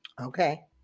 Okay